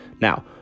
now